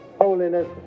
holiness